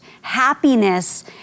Happiness